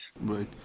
Right